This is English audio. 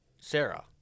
Sarah